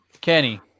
Kenny